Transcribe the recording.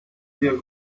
der